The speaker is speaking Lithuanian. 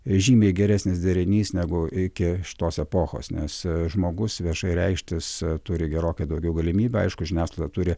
žymiai geresnis derinys negu iki šitos epochos nes žmogus viešai reikštis turi gerokai daugiau galimybių aišku žiniasklaida turi